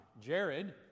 Jared